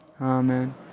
Amen